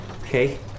Okay